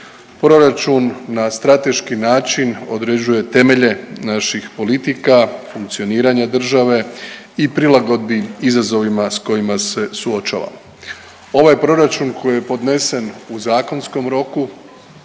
Proračun na strateški način određuje temelje naših politika, funkcioniranja države i prilagodbi izazovima sa kojima se suočavamo. Ovaj proračun koji je podnesen u zakonskom roku,